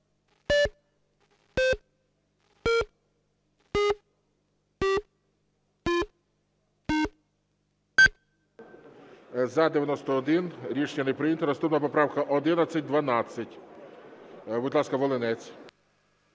За-91 Рішення не прийнято. Наступна поправка 1112. Будь ласка, Волинець.